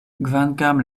kvankam